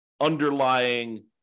underlying